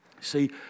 See